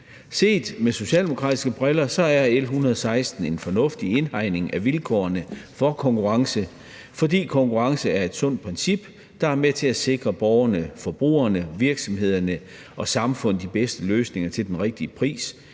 Set med socialdemokratiske briller er L 116 en fornuftig indhegning af vilkårene for konkurrence. For konkurrence er et sundt princip, der er med til at sikre borgerne, forbrugerne, virksomhederne og samfundet de bedste løsninger til den rigtige pris,